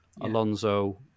Alonso